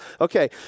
Okay